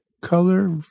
color